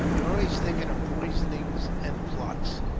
you are always thinking of poisonings and plots.